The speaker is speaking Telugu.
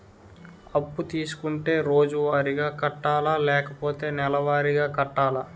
అప్పు తీసుకుంటే రోజువారిగా కట్టాలా? లేకపోతే నెలవారీగా కట్టాలా?